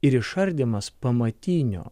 ir išardymas pamatinio